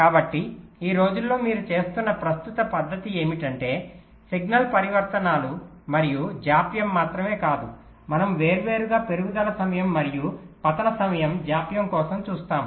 కాబట్టి ఈ రోజుల్లో మీరు చేస్తున్న ప్రస్తుత పద్ధతి ఏమిటంటే సిగ్నల్ పరివర్తనాలు మరియు జాప్యం మాత్రమే కాదు మనము వేర్వేరుగా పెరుగుదల సమయం మరియు పతనం సమయం జాప్యం కోసం చూస్తాము